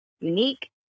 unique